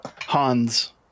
Hans